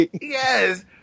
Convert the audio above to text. Yes